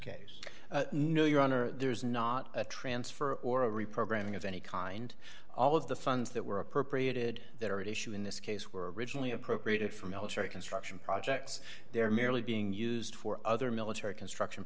no your honor there is not a transfer or a reprogramming of any kind all of the funds that were appropriated that are at issue in this case were originally appropriated for military construction projects they're merely being used for other military construction